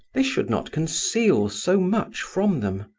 they should not conceal so much from them.